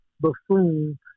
buffoon